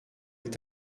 est